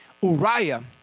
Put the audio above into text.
Uriah